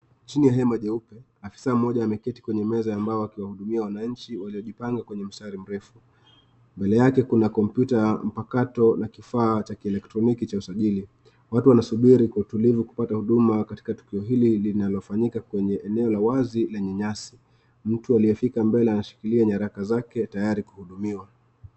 Chini ya hema jeupe, afisa mmoja ameketi kwenye meza ambayo akiwahudumia wananchi waliojipanga kwenye mstari mrefu. Mbele yake kuna kompyuta mpakato na kifaa cha kielektroniki cha usajili. Watu wanasubiri kwa utulivu kupata huduma katika tukio hili linalofanyika kwenye eneo la wazi lenye nyasi. Mtu aliyefika mbele anashikilia nyaraka zake tayari kuhudumiwa.